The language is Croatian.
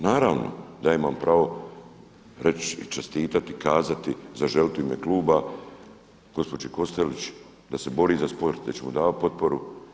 Naravno da imam pravo reći i čestitati i kazati, zaželiti u ime kluba gospođi Kostelić da se bori za sport, da ćemo davati potporu.